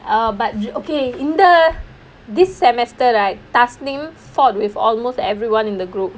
ah but okay in this semester right tasnee fought with almost everyone in the group